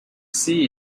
see